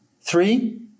Three